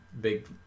big